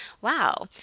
wow